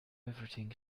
everything